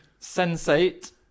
Sensate